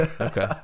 Okay